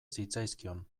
zitzaizkion